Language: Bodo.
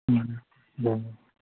दे